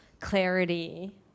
clarity